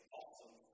awesome